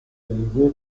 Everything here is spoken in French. dirigé